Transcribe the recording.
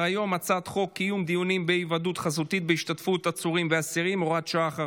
הארכת תקופות ודחיית מועדים (הוראת שעה,